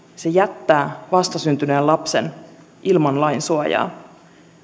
se jättää vastasyntyneen lapsen ilman lainsuojaa